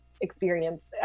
experience